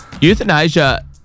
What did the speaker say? Euthanasia